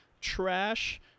trash